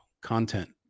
Content